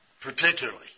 particularly